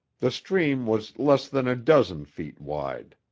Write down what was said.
the stream was less than a dozen feet wide.